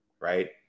Right